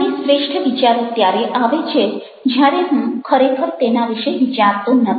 મને શ્રેષ્ઠ વિચારો ત્યારે આવે છે જ્યારે હું ખરખર તેના વિશે વિચારતો નથી